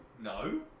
no